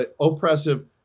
oppressive